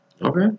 Okay